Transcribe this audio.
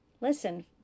Listen